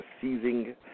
seizing